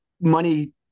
money